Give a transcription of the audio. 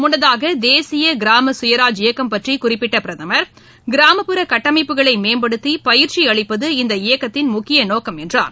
முன்னதாக தேசிய கிராம சுயராஜ் இயக்கம் பற்றி குறிப்பிட்ட பிரதமர் கிராமப்புற கட்டமைப்புகளை மேம்படுத்தி பயிற்சி அளிப்பது இந்த இயக்கத்தின் முக்கிய நோக்கம் என்றார்